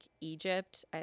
Egypt